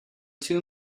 too